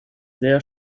sehr